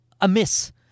amiss